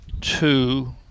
two